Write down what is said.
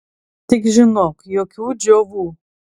tik žinok jokių džiovų